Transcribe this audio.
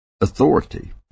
authority